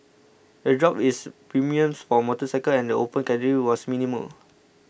the drop is premiums for motorcycles and the Open Category was minimal